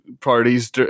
parties